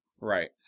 Right